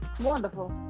Wonderful